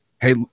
hey